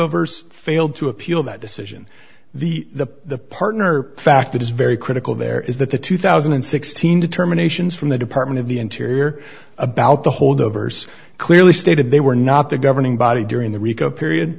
holdovers failed to appeal that decision the partner fact that is very critical there is that the two thousand and sixteen determinations from the department of the interior about the holdovers clearly stated they were not the governing body during the rico period